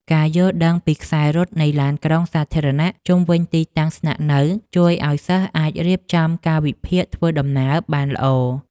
ការយល់ដឹងពីខ្សែរត់នៃឡានក្រុងសាធារណៈជុំវិញទីតាំងស្នាក់នៅជួយឱ្យសិស្សអាចរៀបចំកាលវិភាគធ្វើដំណើរបានល្អ។